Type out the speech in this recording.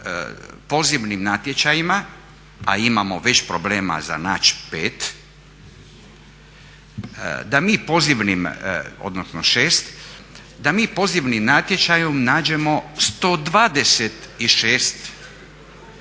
pozivnim natječajima, a imamo već problema za naći 5, odnosno 6, da mi pozivnim natječajima nađemo 126 kao